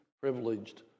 privileged